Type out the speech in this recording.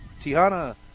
Tiana